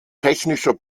technischer